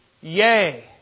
Yea